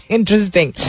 Interesting